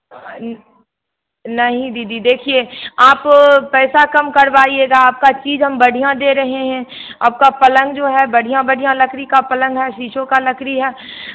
नहीं दीदी देखिए आप पैसा कम करवाइएगा आपका चीज़ हम बढ़िया दे रहे हैं आपका पलंग जो है बढ़िया बढ़िया लकड़ी का पलंग है शीशों का लकड़ी है